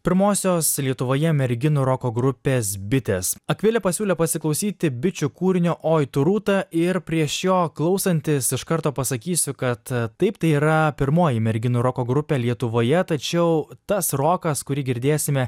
pirmosios lietuvoje merginų roko grupės bitės akvilė pasiūlė pasiklausyti bičių kūrinio oi tu rūta ir prie šio klausantis iš karto pasakysiu kad taip tai yra pirmoji merginų roko grupė lietuvoje tačiau tas rokas kurį girdėsime